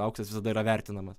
auksas visada yra vertinamas